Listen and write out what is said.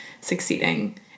succeeding